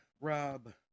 Rob